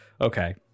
okay